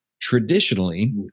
Traditionally